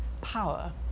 power